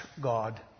God